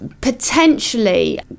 potentially